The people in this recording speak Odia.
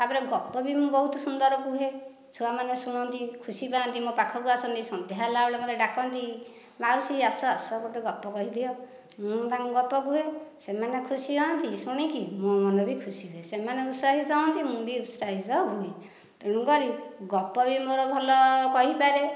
ତା'ପରେ ଗପ ବି ମୁଁ ବହୁତ ସୁନ୍ଦର କୁହେ ଛୁଆମାନେ ଶୁଣନ୍ତି ଖୁସି ପାଆନ୍ତି ମୋ ପାଖକୁ ଆସନ୍ତି ସନ୍ଧ୍ୟା ହେଲା ବେଳେ ମୋତେ ଡାକନ୍ତି ମାଉସୀ ଆସ ଆସ ଗୋଟିଏ ଗପ କହିଦିଅ ମୁଁ ତାଙ୍କୁ ଗପ କୁହେ ସେମାନେ ଖୁସି ହୁଅନ୍ତି ଶୁଣିକି ମୋ ମନ ବି ଖୁସି ହୁଏ ସେମାନେ ଉତ୍ସାହିତ ହୁଅନ୍ତି ମୁଁ ବି ଉତ୍ସାହିତ ହୁଏ ତେଣୁକରି ଗପ ବି ମୋର ଭଲ କହିପାରେ